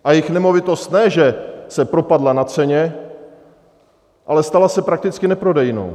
A jejich nemovitost ne že se propadla na ceně, ale stala se prakticky neprodejnou.